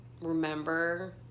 remember